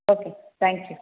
okay thank you